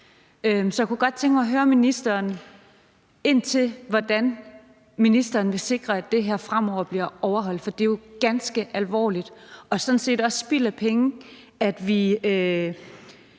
Jeg kunne godt tænke mig at høre ministeren om, hvordan ministeren vil sikre, at det her fremover bliver overholdt, for det er jo ganske alvorligt og sådan set også spild af penge, at vi